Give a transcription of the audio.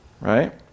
right